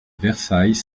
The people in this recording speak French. versailles